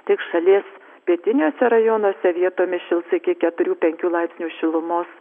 tik šalies pietiniuose rajonuose vietomis šils iki keturių penkių laipsnių šilumos